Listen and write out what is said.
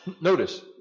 Notice